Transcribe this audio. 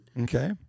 Okay